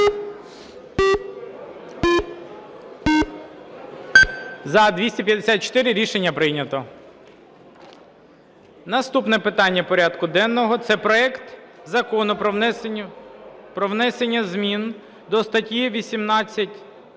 За-254 Рішення прийнято. Наступне питання порядку денного – це проект Закону про внесення змін до статті 18-7